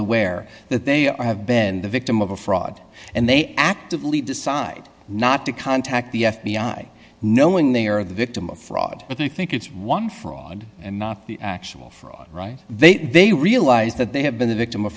aware that they have been the victim of a fraud and they actively decide not to contact the f b i knowing they are the victim of fraud but they think it's one fraud and not the actual fraud right they think they realize that they have been the victim of